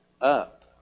up